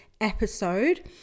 episode